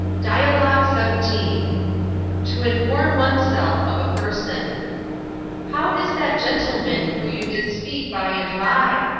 dialogue seventeen to inform one'self of a person how is that gentilman who you did speak by and by?